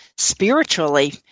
Spiritually